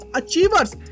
achievers